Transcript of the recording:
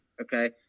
Okay